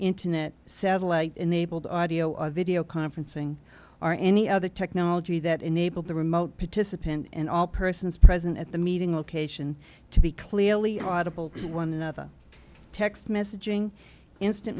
internet satellite enabled audio of video conferencing or any other technology that enabled the remote participant and all persons present at the meeting location to be clearly audible one another text messaging instant